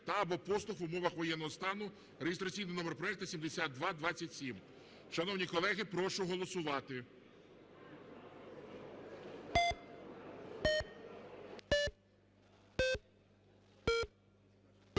та/або послуг в умовах воєнного стану (реєстраційний номер проекту 7227. Шановні колеги, прошу голосувати.